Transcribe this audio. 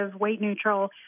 weight-neutral